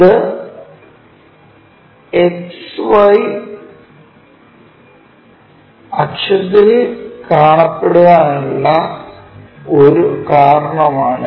ഇത് XY അക്ഷത്തിൽ കാണപ്പെടാനുള്ള ഉള്ള ഒരു കാരണമാണ്